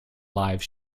live